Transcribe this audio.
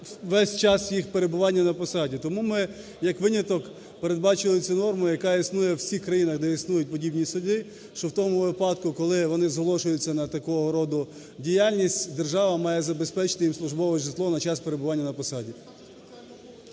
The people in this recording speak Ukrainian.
весь час їх перебування на посаді. Тому ми як виняток передбачили цю норму, яка існує у всіх країнах, де існують подібні суди, що в тому випадку, коли вони зголошуються на такого роду діяльність, держава має забезпечити їм службове житло на час перебування на посаді.